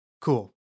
Cool